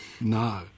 No